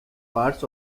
parts